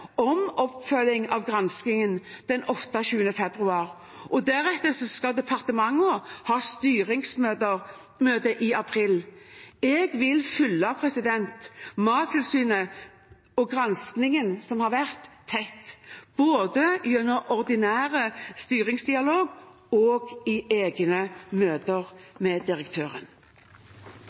om oppfølging av granskingen den 28. februar, og deretter skal departementene ha styringsmøte i april. Jeg vil følge Mattilsynet og granskingen som har vært, tett, både gjennom den ordinære styringsdialogen og i egne møter med direktøren.